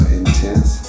intense